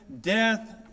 death